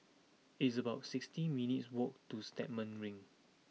it's about sixty minutes' walk to Stagmont Ring